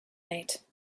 mate